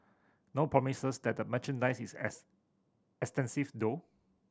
no promises that the merchandise is as extensive though